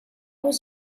was